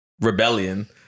rebellion